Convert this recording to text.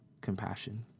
compassion